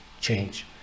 change